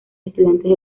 estudiantes